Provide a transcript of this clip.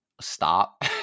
stop